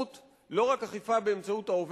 לא רק אכיפה באמצעות ההסתדרות,